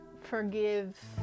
forgive